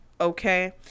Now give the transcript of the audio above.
Okay